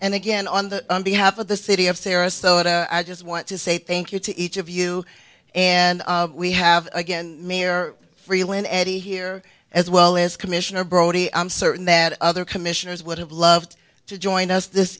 and again on the on the half of the city of sarasota i just want to say thank you to each of you and we have again mayor freelon eddy here as well as commissioner brody i'm certain that other commissioners would have loved to join us this